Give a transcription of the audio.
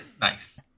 Nice